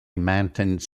mountains